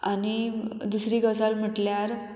आनी दुसरी गजाल म्हटल्यार